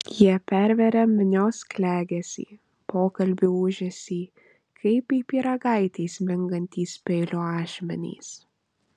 jie perveria minios klegesį pokalbių ūžesį kaip į pyragaitį smingantys peilio ašmenys